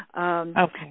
Okay